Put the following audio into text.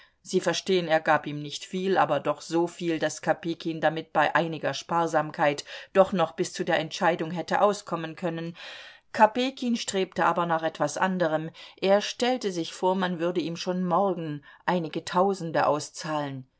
sie verstehen er gab ihm nicht viel aber doch so viel daß kopejkin damit bei einiger sparsamkeit doch noch bis zu der entscheidung hätte auskommen können kopejkin strebte aber nach etwas anderem er stellte sich vor man würde ihm schon morgen einige tausende auszahlen